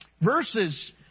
Verses